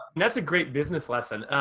that's a great business lesson.